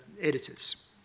editors